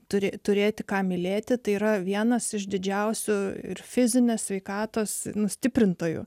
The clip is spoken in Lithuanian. turi turėti ką mylėti tai yra vienas iš didžiausių ir fizinės sveikatos nu stiprintoju